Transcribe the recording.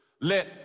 Let